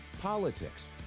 politics